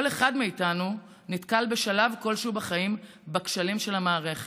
כל אחד מאיתנו נתקל בשלב כלשהו בחיים בכשלים של המערכת.